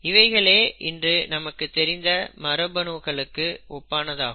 இவைகளே இன்று நமக்குத் தெரிந்த மரபணுகளுக்கு ஒப்பானதாகும்